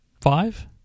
five